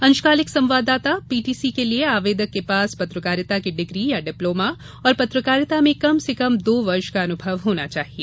अंशकालिक संवाददाता पीटीसी के लिए आवेदक के पास पत्रकारिता की डिग्री या डिप्लोमा और पत्रकारिता में कम से कम दो वर्ष का अनुभव होना चाहिए